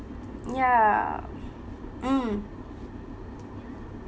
ya mm